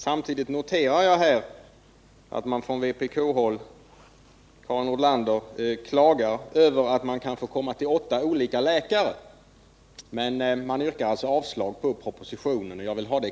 Samtidigt noterar jag här att man från vpk-håll, som Karin Nordlander säger, klagar över att vårdsökande kan få komma till åtta olika läkare. Vpk yrkar alltså avslag på propositionen.